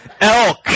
elk